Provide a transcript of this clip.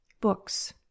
Books